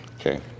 Okay